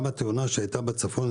גם התאונה שהייתה בצפון,